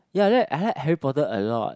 ya that I had Harry-Potter a lot